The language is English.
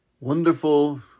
Wonderful